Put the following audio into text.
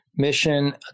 mission